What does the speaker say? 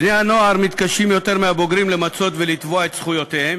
בני-הנוער מתקשים יותר מהבוגרים למצות ולתבוע את זכויותיהם,